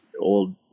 old